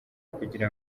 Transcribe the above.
kugira